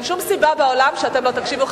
ואין שום סיבה בעולם שאתם לא תקשיבו.